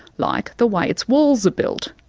like the way its walls are built.